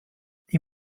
die